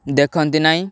ଦେଖନ୍ତି ନାହିଁ